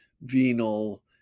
venal